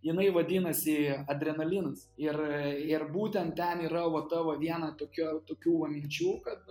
jinai vadinasi adrenalinas ir būtent ir ten yra va ta va viena tokia tokių va minčių kad